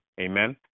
amen